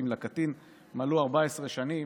ואם לקטין מלאו 14 שנים